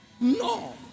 No